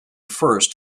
first